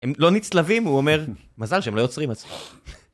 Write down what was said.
הם לא נצלבים, הוא אומר, מזל שהם לא יוצרים עצמם.